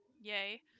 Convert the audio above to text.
Yay